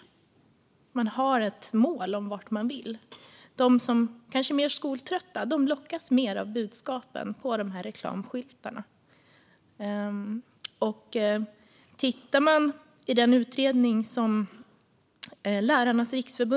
Man har ett mål om vart man vill. De som är mer skoltrötta lockas mer av budskapen på reklamskyltarna.